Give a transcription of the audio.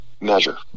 measure